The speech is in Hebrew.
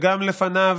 וגם לפניו,